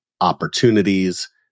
opportunities